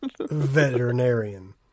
veterinarian